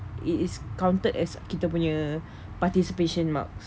it is counted as kita punya participation mark